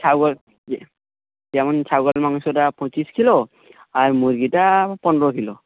ছাগল যেমন ছাগল মাংসটা পঁচিশ কিলো আর মুরগিটা পনেরো কিলো